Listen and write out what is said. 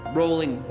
rolling